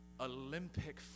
Olympic